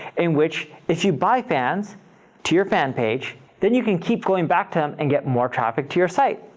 in which if you buy fans to your fan page, then you can keep going back to them and get more traffic to your site.